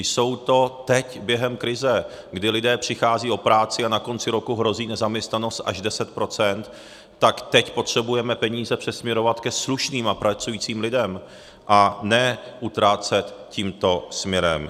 Jsou to teď během krize, kdy lidé přicházejí o práci a na konci roku hrozí nezaměstnanost až 10 %, tak teď potřebujeme peníze přesměrovat ke slušným a pracujícím lidem a ne utrácet tímto směrem.